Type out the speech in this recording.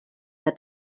der